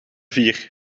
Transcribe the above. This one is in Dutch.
vier